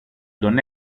τον